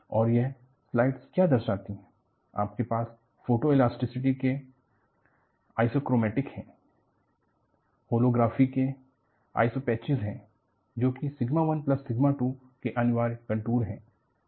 और यह स्लाइड क्या दर्शाती है आपके पास फोटोइलास्टिसिटी के आइसोक्रोमेटिक हैं होलोग्राफी से आइसोपैचिस है जो कि सिगमा 1 प्लस सिगमा 2 के अनिवार्य कंटूर हैं